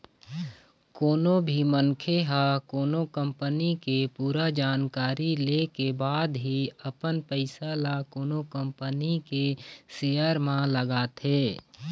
कोनो भी मनखे ह कोनो कंपनी के पूरा जानकारी ले के बाद ही अपन पइसा ल कोनो कंपनी के सेयर म लगाथे